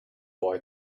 boy